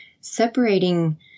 separating